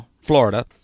Florida